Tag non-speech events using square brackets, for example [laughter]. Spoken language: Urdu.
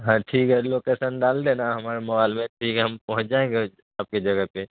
ہاں ٹھیک ہے لوکیسن ڈال دینا ہمارے موبائل میں ٹھیک ہے ہم پہنچ جائیں گے [unintelligible] آپ کی جگہ پے